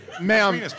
Ma'am